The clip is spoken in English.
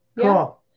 cool